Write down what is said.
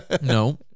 No